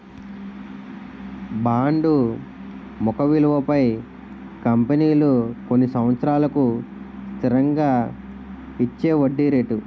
bond ముఖ విలువపై కంపెనీలు కొన్ని సంవత్సరాలకు స్థిరంగా ఇచ్చేవడ్డీ రేటు